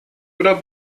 oder